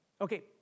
Okay